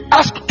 ask